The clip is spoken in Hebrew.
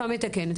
מתקנת.